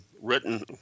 written